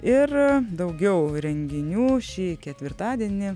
ir daugiau renginių šį ketvirtadienį